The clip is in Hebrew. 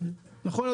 יכול להיות,